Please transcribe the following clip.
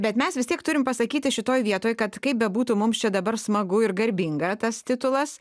bet mes vis tiek turim pasakyti šitoj vietoj kad bebūtų mums čia dabar smagu ir garbinga tas titulas